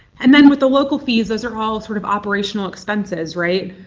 and then with the local fees, those are all sort of operational expenses, right.